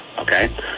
okay